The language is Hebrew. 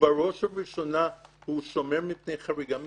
בראש ובראשונה הוא שומר מפני חריגה מסמכות.